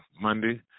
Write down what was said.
Monday